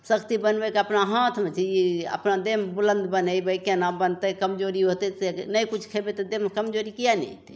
शक्ति बनबयके अपना हाथमे छै ई अपना देहमे बुलन्द बनेबय केना बनतय कमजोरी होइतय से नहि किछु खेबय तऽ देहमे कमजोरी किआ नहि अइतय